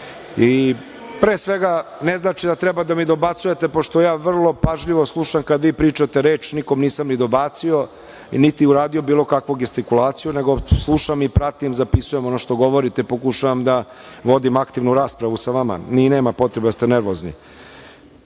Pre svega, ne znači da treba da mi dobacujete pošto ja vrlo pažljivo slušam kad vi pričate, reč nikome nisam ni dobacio niti uradio bilo kakvu gestikulaciju, nego slušam i pratim, zapisujem ono što govorite, pokušavam da vodim aktivnu raspravu sa vama. Nema potrebe da ste nervozni. Vojska